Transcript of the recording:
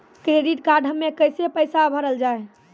Credit card हम्मे कैसे पैसा भरल जाए?